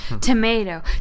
Tomato